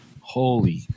Holy